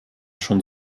schon